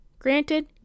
Granted